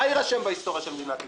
מה יירשם בהיסטוריה של מדינת ישראל?